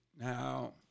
Now